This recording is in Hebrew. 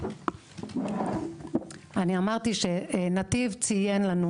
אמרתי שצתיב ציין לנו,